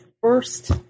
first